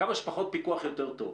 כמה שפחות פיקוח, יותר טוב.